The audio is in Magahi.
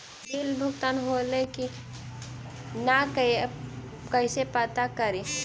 बिल भुगतान होले की न कैसे पता करी?